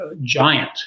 giant